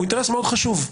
הוא אינטרס מאוד חשוב.